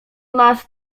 nas